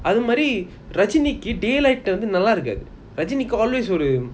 அது மாறி ரஜினிகி:athu maari rajiniki daylight நல்ல இருக்காது ரஜினிகி:nalla irukaathu rajiniki always ஒரு:oru